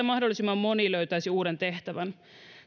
mahdollisimman moni löytäisi uuden tehtävän